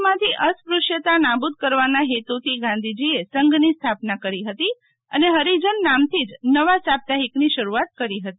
દેશમાંથી અસ્પૃશ્યતા નાબૂદ કરવાના હેતુથી ગાંધીજીએ સંઘની સ્થાપના કરી હતી અને હરિજન નામથી જ નવા સાપ્તાહિકની શરૂઆત કરી હતી